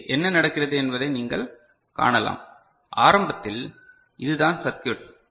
இங்கே என்ன நடக்கிறது என்பதை நீங்கள் காணலாம் ஆரம்பத்தில் இது தான் சர்க்யூட்